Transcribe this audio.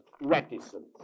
reticence